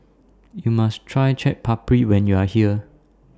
YOU must Try Chaat Papri when YOU Are here